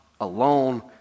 alone